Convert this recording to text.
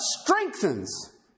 strengthens